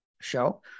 show